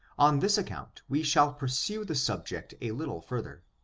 on this account, we shall pursue the subject a little further,